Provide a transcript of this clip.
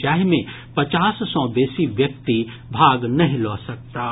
जाहि मे पचास सॅ बेसी व्यक्ति भाग नहि लऽ सकताह